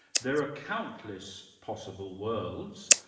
there are countless possible worlds,